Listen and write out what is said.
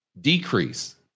decrease